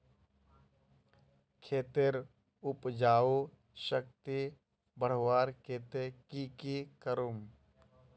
खेतेर उपजाऊ शक्ति बढ़वार केते की की करूम?